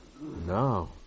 No